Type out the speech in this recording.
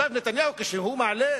אפשר לחשוב שעכשיו נתניהו, כשהוא מעלה